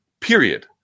period